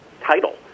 title